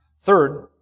Third